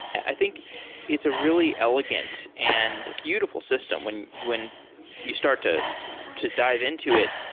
i think it's a really elegant and beautiful system when when you start to to dive into it.